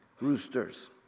roosters